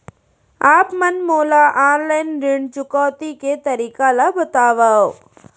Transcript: आप मन मोला ऑनलाइन ऋण चुकौती के तरीका ल बतावव?